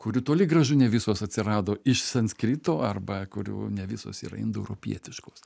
kurių toli gražu ne visos atsirado iš sanskrito arba kurių ne visos yra indoeuropietiškos